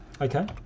Okay